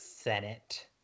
Senate